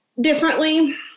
differently